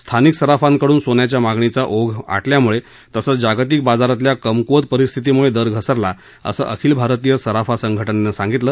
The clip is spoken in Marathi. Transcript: स्थानिक सराफांकडून सोन्याच्या मागणीचा ओघ आटल्यामुळे तसच जागतिक बाजारतल्या कमक्वत परिस्थितीमुळे दर घसरला असं अखिल भारतीय सराफा संघटनेनं सांगितलं